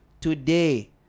Today